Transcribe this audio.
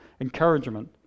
encouragement